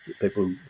People